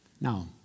Now